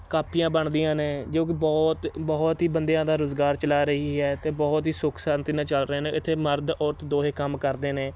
ਕਾਪੀਆਂ ਬਣਦੀਆਂ ਨੇ ਜੋ ਕਿ ਬਹੁਤ ਬਹੁਤ ਹੀ ਬੰਦਿਆਂ ਦਾ ਰੁਜ਼ਗਾਰ ਚਲਾ ਰਹੀ ਹੈ ਅਤੇ ਬਹੁਤ ਹੀ ਸੁੱਖ ਸ਼ਾਂਤੀ ਨਾਲ ਚੱਲ ਰਹੇ ਨੇ ਇੱਥੇ ਮਰਦ ਔਰਤ ਦੋਹੇਂ ਕੰਮ ਕਰਦੇ ਨੇ